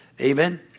Amen